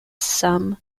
somme